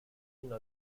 fino